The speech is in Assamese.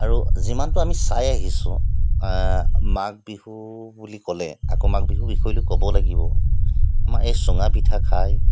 আৰু যিমানটো আমি চাই আহিছো মাঘ বিহু বুলি ক'লে আকৌ মাঘ বিহু বিষয়লৈ ক'ব লাগিব আমাৰ এই চুঙা পিঠা খাই